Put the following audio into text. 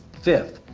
fifth,